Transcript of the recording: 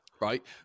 Right